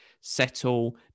settle